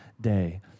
day